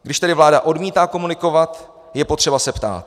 Když tedy vláda odmítá komunikovat, je potřeba se ptát.